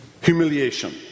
humiliation